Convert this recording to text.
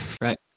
Right